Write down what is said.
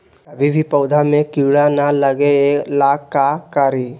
कभी भी पौधा में कीरा न लगे ये ला का करी?